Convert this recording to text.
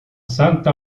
santa